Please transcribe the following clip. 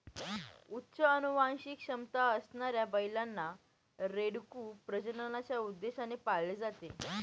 उच्च अनुवांशिक क्षमता असणाऱ्या बैलांना, रेडकू प्रजननाच्या उद्देशाने पाळले जाते